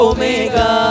Omega